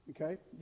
Okay